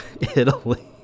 Italy